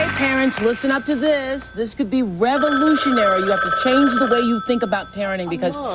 parents, listen up to this. this could be revolutionary. you have to change the way you think about parenting because